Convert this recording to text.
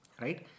right